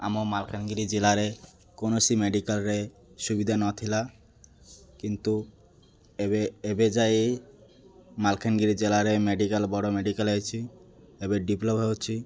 ଆମ ମାଲକାନଗିରି ଜିଲ୍ଲାରେ କୌଣସି ମେଡିକାଲରେ ସୁବିଧା ନଥିଲା କିନ୍ତୁ ଏବେ ଏବେ ଯାଇ ମାଲକାନଗିରି ଜିଲ୍ଲାରେ ମେଡିକାଲ ବଡ଼ ମେଡିକାଲ ହେଇଛି ଏବେ ଡେଭଲପ୍ ହେଉଛି